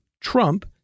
trump